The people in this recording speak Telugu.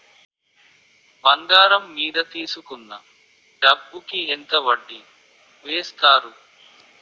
బంగారం మీద తీసుకున్న డబ్బు కి ఎంత వడ్డీ వేస్తారు?